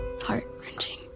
heart-wrenching